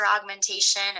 augmentation